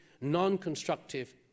non-constructive